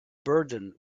burden